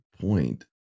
point